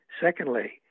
secondly